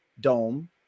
dome